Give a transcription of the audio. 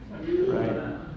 Right